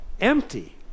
empty